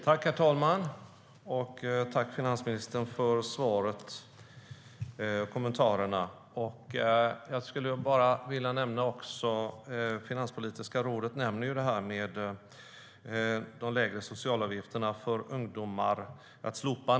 Herr talman! Tack, finansministern, för svaret och kommentarerna! Finanspolitiska rådet nämner slopandet av de lägre socialavgifterna för ungdomar.